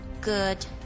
good